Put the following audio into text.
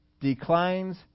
declines